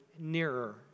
Nearer